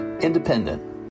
Independent